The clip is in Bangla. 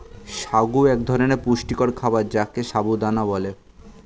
সাগু এক ধরনের পুষ্টিকর খাবার যাকে সাবু দানা বলে